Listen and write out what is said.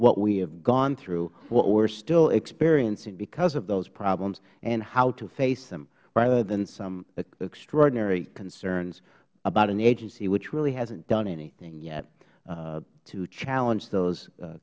what we have gone through what we are still experiencing because of those problems and how to face them rather than some extraordinary concerns about an agency which really hasn't done anything yet to challenge those